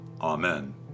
Amen